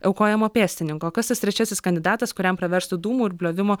aukojamo pėstininko kas tas trečiasis kandidatas kuriam praverstų dūmų ir bliovimo